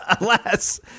Alas